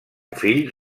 fill